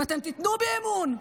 אם אתם תיתנו בי אמון,